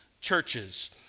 churches